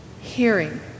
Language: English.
hearing